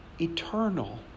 eternal